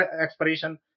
expiration